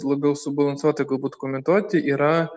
labiau subalansuotai galbūt komentuoti yra